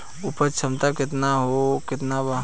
उपज क्षमता केतना वा?